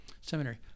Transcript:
seminary